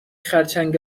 خرچنگ